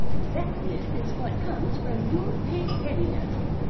that, miss, is what comes from your pigheadedness.